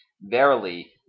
Verily